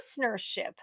listenership